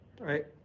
Right